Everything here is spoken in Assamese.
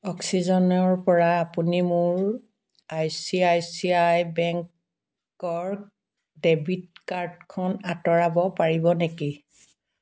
অক্সিজেনৰ পৰা আপুনি মোৰ I C I C I বেংকৰ ডেবিট কাৰ্ডখন আঁতৰাব পাৰিব নেকি